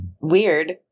Weird